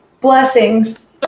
blessings